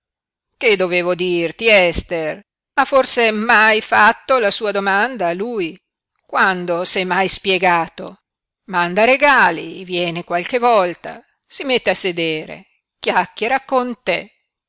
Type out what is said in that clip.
che dovevo dirti ester ha forse mai fatto la sua domanda lui quando s'è mai spiegato manda regali viene qualche volta si mette a sedere chiacchiera con te